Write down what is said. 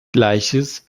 gleiches